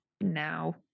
now